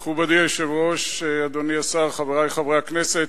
מכובדי היושב-ראש, אדוני השר, חברי חברי הכנסת,